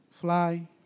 fly